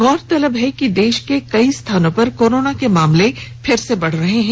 गौरतलब है कि देश के कई स्थानों पर कोरोना के मामले फिर से बढ़ रहे हैं